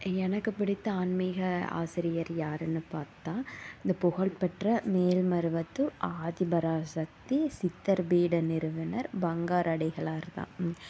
எனக்கு பிடித்த ஆன்மீக ஆசிரியர் யாருன்னு பார்த்தா இந்த புகழ்பெற்ற மேல்மருவத்தூர் ஆதிபராசக்தி சித்தர் பீட நிறுவனர் பங்கார் அடிகளார்தான்